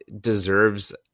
deserves